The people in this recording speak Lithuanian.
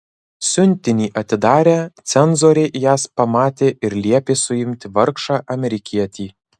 siuntinį atidarę cenzoriai jas pamatė ir liepė suimti vargšą amerikietį